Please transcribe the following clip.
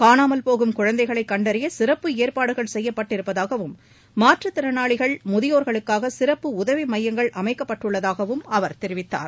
காணாமல்போகும் குழந்தைகளை கண்டறிய சிறப்பு ஏற்பாடுகள் செய்யப்பட்டிருப்பதாகவும் மாற்றுத்திறனாளிகள் முதியோர்களுக்காக சிறப்பு உதவி மையங்கள் அமைக்கப்பட்டுள்ளதாகவும் அவர் தெரிவித்தார்